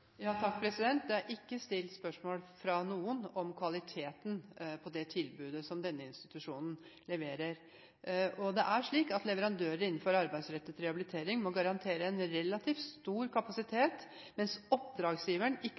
er ikke stilt spørsmål fra noen om kvaliteten på det tilbudet som denne institusjonen leverer, og det er slik at leverandører innenfor arbeidsrettet rehabilitering må garantere en relativt stor kapasitet, mens oppdragsgiveren ikke